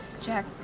Jack